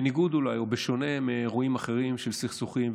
בניגוד או בשונה מאירועים אחרים של סכסוכים,